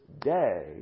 day